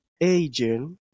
agent